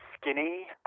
skinny